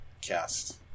cast